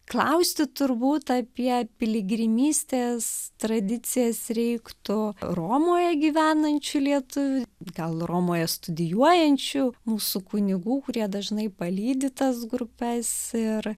klausti turbūt apie piligrimystės tradicijas reiktų romoje gyvenančių lietuvių gal romoje studijuojančių mūsų kunigų kurie dažnai palydi tas grupes ir